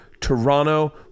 Toronto